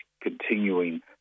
continuing